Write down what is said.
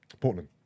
Portland